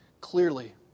clearly